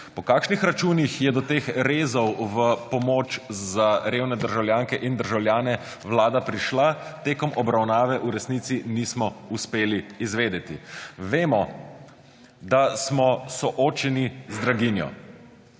Po kakšnih računih je do teh rezov v pomoč za revne državljanke in državljane Vlada prišla tekom obravnave, v resnici nismo uspeli izvedeti. Vemo, da smo soočeni z draginjo.